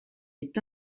est